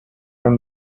from